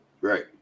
Right